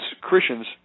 Christians